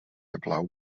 heblaw